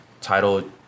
title